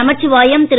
Namachivayam Thiru